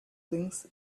thinks